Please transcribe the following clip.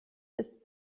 ist